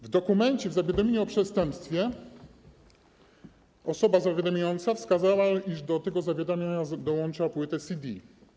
W dokumencie, w zawiadomieniu o przestępstwie osoba zawiadamiająca wskazała, iż do tego zawiadomienia dołącza płytę CD.